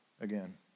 again